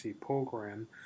program